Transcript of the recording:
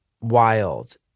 wild